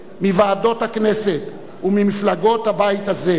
מוועדות הכנסת וממפלגות הבית הזה,